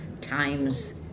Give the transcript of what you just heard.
Times